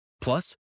Plus